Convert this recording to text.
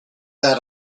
that